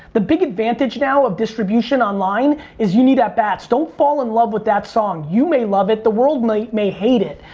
the big advantage now of distribution online is you need at-bats. don't fall in love with that song. you may love it, the world may may hate it.